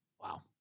wow